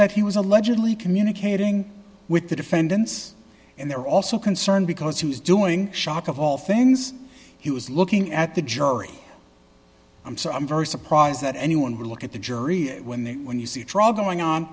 that he was allegedly communicating with the defendants and they're also concerned because he was doing shock of all things he was looking at the jury i'm so i'm very surprised that anyone would look at the jury when they when you see a trial going on